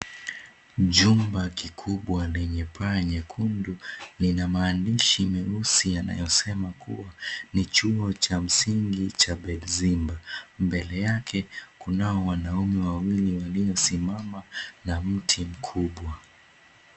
Jumba kikubwa lenye paa nyekundu lina maandishi meusi yanayosema kuwa ni Chuo Cha Msingi cha Bedzimba. Mbele yake kunao wanaume wawili waliosimama, na mti mkubwa.